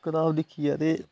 किताव दिक्खी ऐ ते फिर